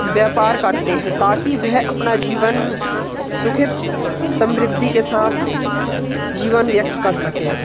व्यापार करते हैं ताकि वह अपना जीवन सुखित समृद्धि के साथ जीवन व्यक्त कर सकें